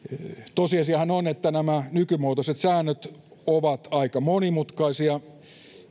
tosiasiahan on että nämä nykymuotoiset säännöt ovat aika monimutkaisia